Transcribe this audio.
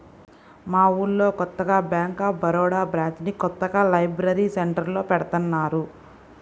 మా ఊళ్ళో కొత్తగా బ్యేంక్ ఆఫ్ బరోడా బ్రాంచిని కొత్తగా లైబ్రరీ సెంటర్లో పెడతన్నారు